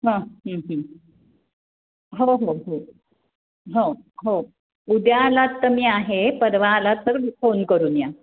हं हो हो हो हो हो उद्या आलात तर मी आहे परवा आलात तर फोन करून या